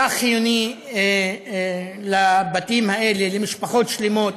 זה מצרך חיוני לבתים האלה, למשפחות שלמות,